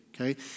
okay